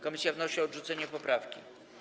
Komisja wnosi o odrzucenie tej poprawki.